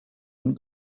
and